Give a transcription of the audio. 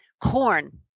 corn